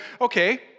okay